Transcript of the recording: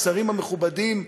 השרים המכובדים,